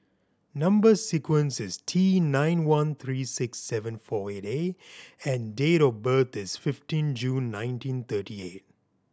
number sequence is T nine one three six seven four eight A and date of birth is fifteen June nineteen thirty eight